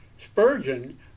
Spurgeon